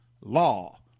law